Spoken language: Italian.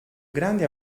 grandi